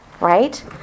right